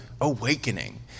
awakening